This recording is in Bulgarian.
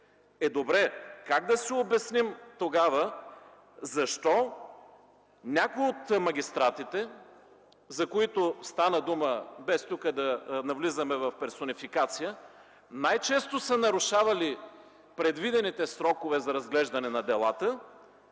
добре, как да си обясним тогава защо някои от магистратите, за които стана дума, без да навлизаме в персонификация, които най-често са нарушавали предвидените срокове за разглеждане на делата,